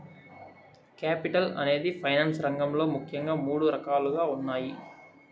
capital అనేది finance రంగంలో ముఖ్యంగా మూడు రకాలుగా ఉన్నాయి